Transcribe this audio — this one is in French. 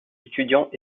étudiants